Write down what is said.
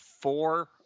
four